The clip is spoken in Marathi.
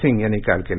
सिंग यांनी काल केलं